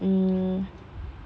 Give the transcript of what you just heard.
mm